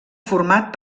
format